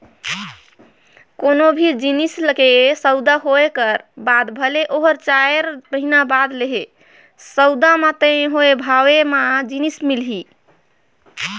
कोनो भी जिनिस के सउदा होए कर बाद भले ओहर चाएर महिना बाद लेहे, सउदा म तय होए भावे म जिनिस मिलही